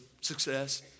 success